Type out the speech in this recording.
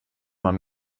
man